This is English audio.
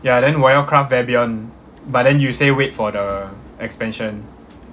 ya then 我要 craft vabion but then you say wait for the expansion